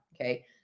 okay